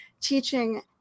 teaching